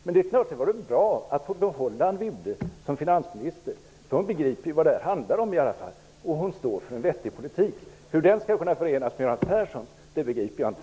Det är klart att det vore bra att få behålla Anne Wibble som finansminister. Hon begriper ju i alla fall vad det handlar om, och hon står för en vettig politik. Hur den skall kunna förenas med Göran Perssons begriper jag inte.